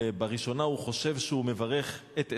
ובראשונה הוא חושב שהוא מברך את עשו,